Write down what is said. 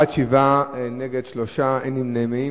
בעד, 7, נגד, 3, אין נמנעים.